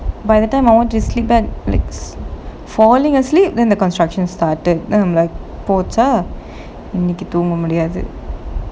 by the time I want to sleep back like falling asleep then the construction started then I'm like போச்சா இன்னக்கி தூங்க முடியாது:pochaa innaki thoonga mudiyaathu